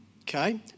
okay